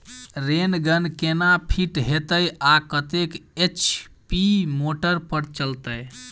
Rain gun केना fit हेतइ आ कतेक एच.पी मोटर पर चलतै?